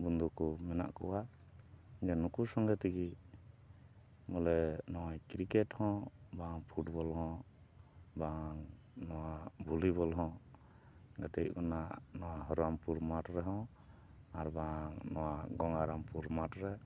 ᱵᱚᱱᱫᱷᱩ ᱠᱚ ᱢᱮᱱᱟᱜ ᱠᱚᱣᱟ ᱡᱮ ᱱᱩᱠᱩ ᱥᱚᱸᱜᱮ ᱛᱮᱜᱮ ᱵᱚᱞᱮ ᱱᱚᱜᱼᱚᱭ ᱠᱨᱤᱠᱮᱴ ᱦᱚᱸ ᱵᱟᱝ ᱯᱷᱩᱴᱵᱚᱞ ᱦᱚᱸ ᱵᱟᱝ ᱱᱚᱣᱟ ᱵᱷᱚᱞᱤᱵᱚᱞ ᱦᱚᱸ ᱜᱟᱛᱮᱜ ᱦᱩᱭᱩᱜ ᱠᱟᱱᱟ ᱱᱚᱣᱟ ᱦᱚᱨᱤᱨᱟᱢᱯᱩᱨ ᱢᱟᱴᱷ ᱨᱮᱦᱚᱸ ᱟᱨ ᱵᱟᱝ ᱱᱚᱣᱟ ᱜᱚᱝᱜᱟᱨᱟᱢᱯᱩᱨ ᱢᱟᱴᱷ ᱨᱮ